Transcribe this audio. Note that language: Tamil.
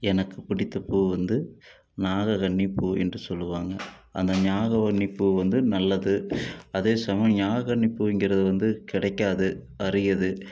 எனக்கு பிடித்த பூ வந்து நாகக்கன்னி பூ என்று சொல்லுவாங்க அந்த நாகக்கன்னி பூ வந்து நல்லது அதே சமயம் நாகக்கன்னி பூங்கிறது வந்து கிடைக்காது அரியது